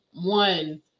One